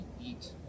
eat